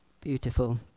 Beautiful